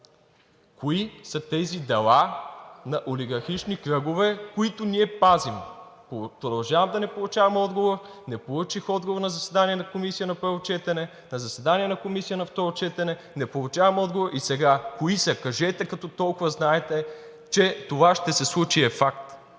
кои са тези дела на олигархични кръгове, които ние пазим? Продължавам да не получавам отговор. Не получих отговор на заседание на Комисията на първо четене, на заседание на Комисията на второ четене, не получавам отговор и сега кои са. Кажете, като толкова знаете, че това ще се случи и е факт.